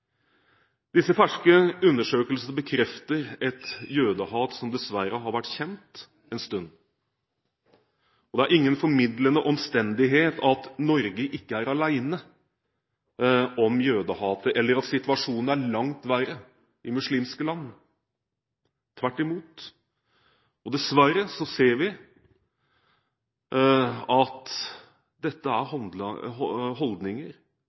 Disse ferske undersøkelsene bekrefter et jødehat som dessverre har vært kjent en stund. Og det er ingen formildende omstendighet at Norge ikke er alene om jødehatet, eller at situasjonen er langt verre i muslimske land, tvert imot. Dessverre ser vi også at dette er holdninger